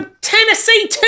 Tennessee